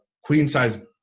queen-size